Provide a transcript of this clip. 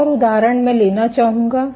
एक और उदाहरण मैं लेना चाहूंगा